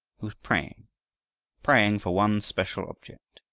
he was praying praying for one special object.